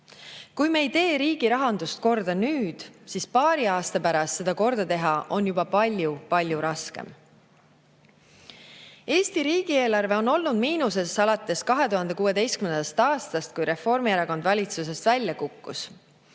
Kui me ei tee riigirahandust korda nüüd, siis paari aasta pärast seda korda teha on juba palju-palju raskem. Eesti riigieelarve on olnud miinuses alates 2016. aastast, kui Reformierakond valitsusest välja kukkus.